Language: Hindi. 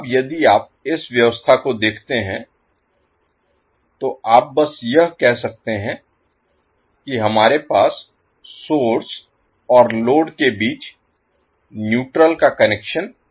अब यदि आप इस व्यवस्था को देखते हैं तो आप बस यह कह सकते हैं कि हमारे पास सोर्स और लोड के बीच न्यूट्रल का कनेक्शन नहीं है